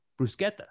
bruschetta